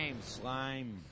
Slime